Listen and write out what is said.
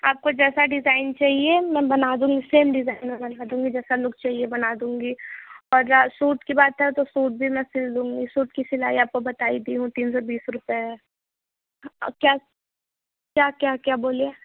आपको जैसा डिज़ाइन चाहिए मैं बना दूँगी सेम डिज़ाइन मैं बना दूँगी जैसा लुक चाहिए बना दूँगी और जहाँ सूट की बात है तो सूट भी मैं सिल दूँगी सूट की सिलाई तो आपको बता ही दी हूँ तीन सौ बीस रुपए है क्या क्या क्या क्या बोलिए